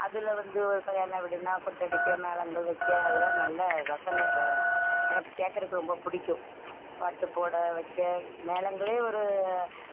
அதில் வந்து ஒரு கல்யாண வீடுன்னா கொட்டு அடிக்க மேளங்கள் வைக்க அதெலாம் நல்ல ரசனை ர எனக்கு கேட்கறக்கு ரொம்ப பிடிக்கும் பாட்டு போட வைக்க மேளங்களே ஒரு